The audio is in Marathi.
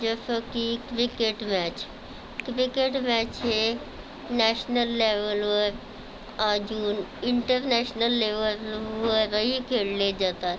जसं की क्रिकेट मॅच क्रिकेट मॅच हे नॅशनल लेव्हलवर अजून इंटरनॅशनल लेव्हलवरही खेळले जातात